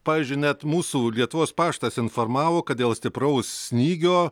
pavyzdžiui net mūsų lietuvos paštas informavo kad dėl stipraus snygio